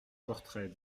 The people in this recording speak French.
portrait